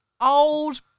Old